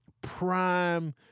prime